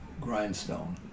grindstone